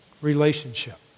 Relationship